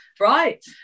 Right